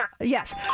yes